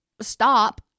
stop